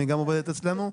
היא גם עובדת אצלנו.